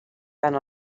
tant